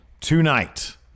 tonight